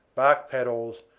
bark paddles,